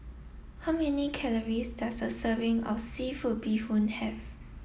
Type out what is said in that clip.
how many calories does a serving of Seafood Bee Hoon have